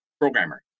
programmer